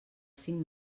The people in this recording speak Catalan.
cinc